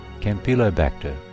campylobacter